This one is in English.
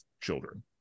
children